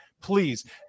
please